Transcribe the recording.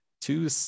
two